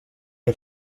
les